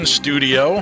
studio